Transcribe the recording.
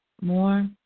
more